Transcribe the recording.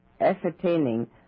ascertaining